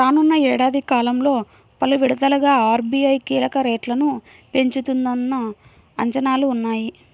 రానున్న ఏడాది కాలంలో పలు విడతలుగా ఆర్.బీ.ఐ కీలక రేట్లను పెంచుతుందన్న అంచనాలు ఉన్నాయి